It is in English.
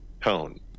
tone